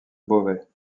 beauvais